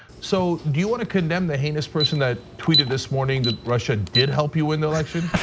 so do you want to condemn the heinous person that tweeted this morning that russia did help you win the election?